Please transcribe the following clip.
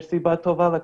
יש סיבה טובה לכך,